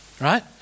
right